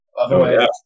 Otherwise